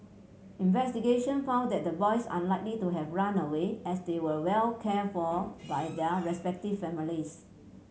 investigation found that the boys unlikely to have run away as they were well cared for by their respective families